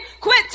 Quit